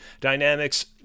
dynamics